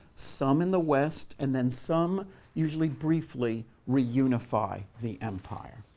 some in the west, and then some usually briefly reunify the empire.